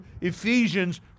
Ephesians